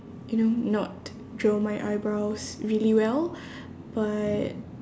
you know not draw my eyebrows really well but